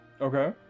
Okay